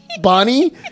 Bonnie